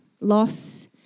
loss